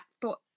thought